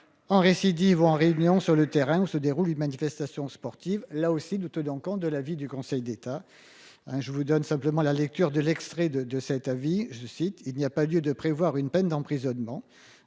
En récidive en réunion sur le terrain où se déroule une manifestation sportive là aussi douteux dans compte de l'avis du Conseil d'État. Hein je vous donne simplement la lecture de l'extrait de de cet avis. Je cite il n'y a pas lieu de prévoir une peine d'emprisonnement.